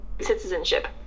citizenship